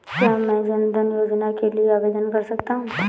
क्या मैं जन धन योजना के लिए आवेदन कर सकता हूँ?